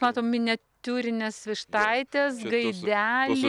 matom miniatiūrines vištaites gaidelį